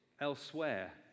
elsewhere